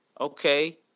Okay